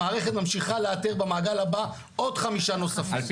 המערכת ממשיכה לאתר במעגל הבא עוד חמישה נוספים ועוד